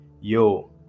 yo